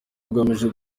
ugamije